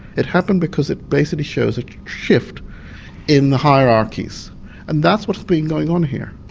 it happened because it basically shows a shift in the hierarchies and that's what's been going on here.